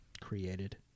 created